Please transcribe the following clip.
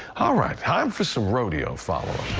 ah right time for some rodeo fire.